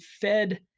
fed